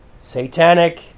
satanic